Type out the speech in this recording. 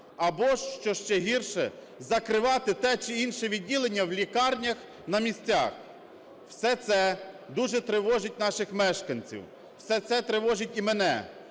або, що ще гірше, закривати те чи інше відділення в лікарнях на місцях. Все це дуже тривожить наших мешканців. Все це тривожить і мене.